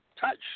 touch